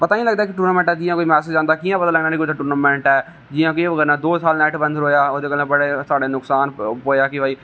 पता नेईं लगदा कोई टूर्नामेंट ऐ जि'यां असें जाना कियां पता चलना कोई टूर्नामेंट ऐ जियां कि ओह् करना दो साल नेट बंद रेहा ओहदे कन्नै बड़ा साढ़ा नुक्सान होआ कि भाई